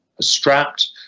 strapped